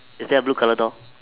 is there a blue color door